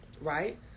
right